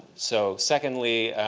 so secondly,